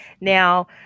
Now